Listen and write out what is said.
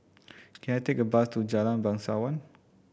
can I take a bus to Jalan Bangsawan